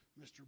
Mr